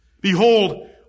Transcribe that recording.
Behold